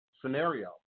scenario